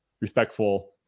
respectful